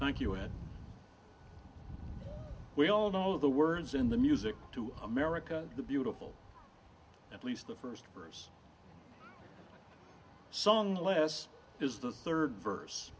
thank you and we all know the words in the music to america the beautiful at least the first verse sung last is the third verse